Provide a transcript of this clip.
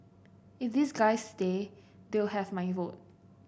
if these guys stay they'll have my vote